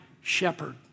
shepherd